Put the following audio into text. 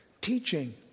teaching